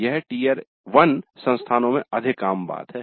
यह टियर 1 संस्थानों में अधिक आम बात है